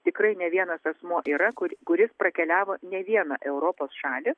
tikrai ne vienas asmuo yra kur kuris prakeliavo ne vieną europos šalį